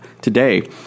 today